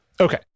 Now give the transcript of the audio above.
Okay